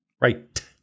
Right